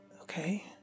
Okay